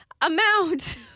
amount